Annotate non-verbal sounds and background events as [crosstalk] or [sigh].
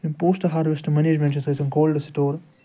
یِم post harvest management چھِ [unintelligible] cold store